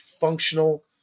functional